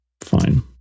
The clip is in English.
fine